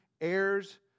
heirs